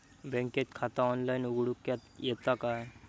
बँकेत खाता ऑनलाइन उघडूक येता काय?